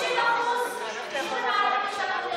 50% שלכם,